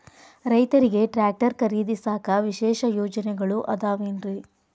ರೈತರಿಗೆ ಟ್ರ್ಯಾಕ್ಟರ್ ಖರೇದಿಸಾಕ ವಿಶೇಷ ಯೋಜನೆಗಳು ಅದಾವೇನ್ರಿ?